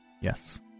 Yes